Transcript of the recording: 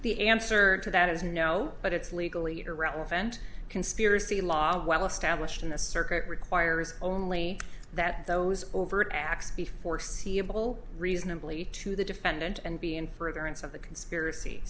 the answer to that is no but it's legally irrelevant conspiracy law well established in the circuit requires only that those overt acts be foreseeable reasonably to the defendant and be in furtherance of the conspiracy